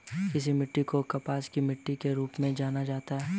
किस मिट्टी को कपास की मिट्टी के रूप में जाना जाता है?